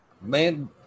Man